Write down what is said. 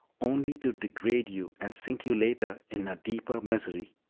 only to degrade you, and sink you later in a deeper misery.